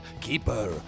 keeper